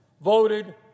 voted